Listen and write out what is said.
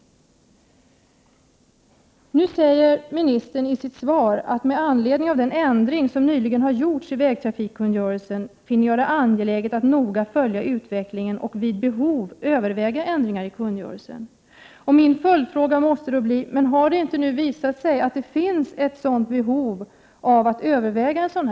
Kommunikationsministern säger i sitt svar: ”Med anledning av den ändring som nyligen har gjorts i vägtrafikkungörelsen finner jag det angeläget att noga följa utvecklingen och vid behov överväga ändringar i kungörelsen.” Min följdfråga blir då: Har det inte visat sig att det finns ett sådant behov att överväga en ändring?